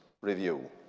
review